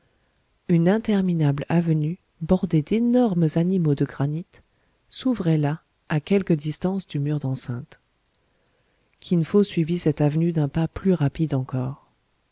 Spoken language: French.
une interminable avenue bordée d'énormes animaux de granit s'ouvrait là à quelque distance du mur d'enceinte kin fo suivit cette avenue d'un pas plus rapide encore